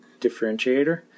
differentiator